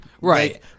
Right